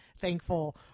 thankful